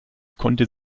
konnte